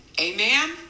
Amen